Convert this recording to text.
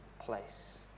place